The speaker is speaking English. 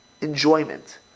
enjoyment